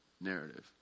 narrative